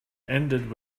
ended